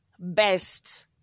best